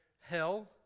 hell